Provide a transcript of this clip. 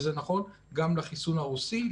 וזה נכון גם לחיסון הרוסי,